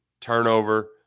Turnover